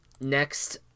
Next